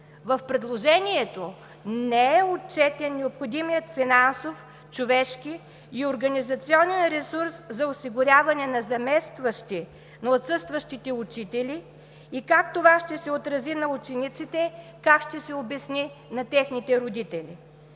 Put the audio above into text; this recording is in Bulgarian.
В предложението не е отчетен необходимият финансов, човешки и организационен ресурс за осигуряване на заместващи на отсъстващите учители и как това ще се отрази на учениците, как ще се обясни на техните родители.